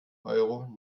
euro